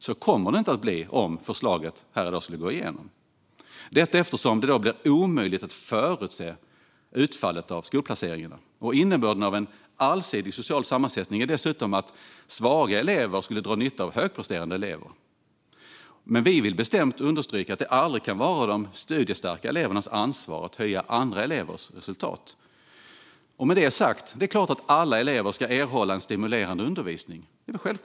Så kommer det inte att bli om regeringens förslag skulle gå igenom i dag, eftersom det då skulle bli omöjligt att förutse utfallet av skolplaceringarna. Innebörden av en allsidig social sammansättning är dessutom att svaga elever skulle dra nytta av högpresterande elever. Vi vill bestämt understryka att det aldrig kan vara de studiestarka elevernas ansvar att höja andra elevers resultat. Alla elever ska självklart erhålla en stimulerande undervisning.